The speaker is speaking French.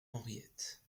henriette